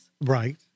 Right